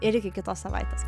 ir iki kitos savaitės